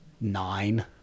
Nine